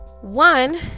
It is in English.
one